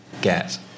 get